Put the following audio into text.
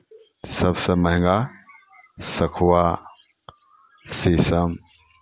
सभसँ महंगा सखुआ शीशम